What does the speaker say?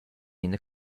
ina